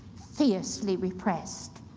fiercely repressed.